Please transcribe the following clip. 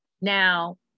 Now